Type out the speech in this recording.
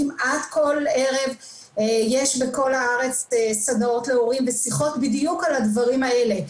כמעט כל ערב יש בכל הארץ סדנאות להורים ושיחות בדיוק על הדברים האלה,